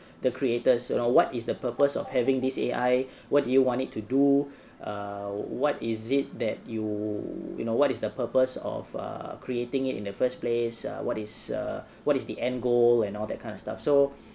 the creators you know what is the purpose of having this A_I what do you want it to do err what is it that you you know what is the purpose of err creating it in the first place err what is uh what is the end goal and all that kind of stuff so